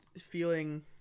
feeling